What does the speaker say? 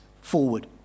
forward